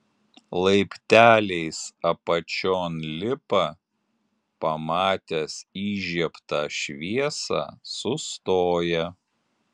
laipteliais apačion lipa pamatęs įžiebtą šviesą sustoja